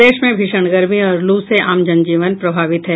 प्रदेश में भीषण गर्मी और लू से आम जनजीवन प्रभावित है